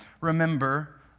remember